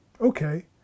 Okay